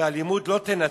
שהאלימות לא תנצח,